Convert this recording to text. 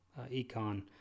econ